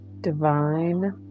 Divine